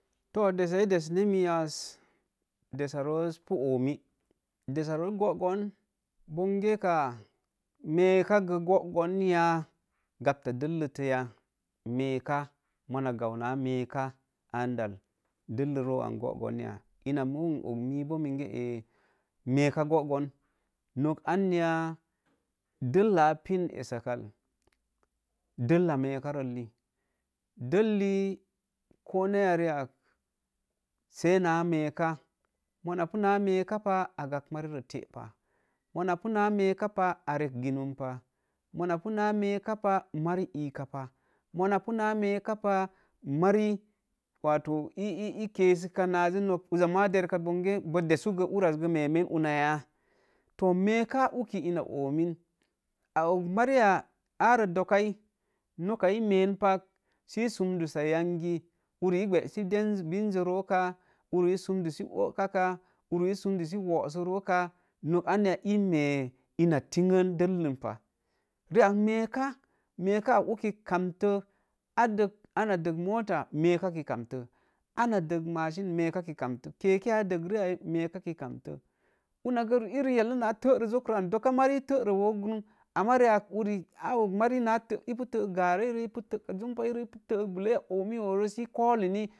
Too dessa n̄ ēē desine mii as, dessa roos pu o̱omi, dessa roos, gogoon boonge ka̱a̱ mēe ka gə gogoon ya? Gabta dellət tə ya? Me̱e̱ka, mona gau na̱ā meē ka, andal dellə roo an gogoon ya? Ama n oga miboo minge āa̱ mēēka gogoōn. Nok anya dellāā pin essak al, della mēēka rəlli delli, ko neya riiak, sai naa me̱e̱ka, mona pu naa mee ka pa a gab, mari ro te pah, mona pu meeka pah a rek ginum pa, mona mēēka pah, mari ii ka pa, mona puka meeka pa mari wato e-e-kesaʃ najə, nok uzza maa derka bonge bōo dessugo urrazgə meemen una ya? To me̱e̱ka uki ina ōōmin, a og mariya āā roo do̱o̱kai, noka e̱e̱ meen pak sə ii sumrassa yangi, uri eegbəsi binsə, densə ro̱o̱ kaa, uri ee sumrussi oga ooka kaa, uriee sumrussi woosoroo kāā, nok anya ee mēē ina tingən dellən pa rii ak me̱e̱ka uki kanə tə ana təg mota nēē ka ki kantə, ana dəg masin mēē ka ki kamtə, kekei ya a dəgri ai mēē ka ki kamtə, una gə irin yalinna a tərə zokro an dokka mari, ii tərə wōōkrum. Amarii akuri ana og mari, ii pu tək garei rə ipu tə junpairə, ipu təbullei rə ōōmi o̱oirə sə ko̱o̱lini